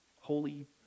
Holy